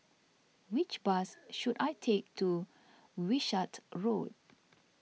which bus should I take to Wishart Road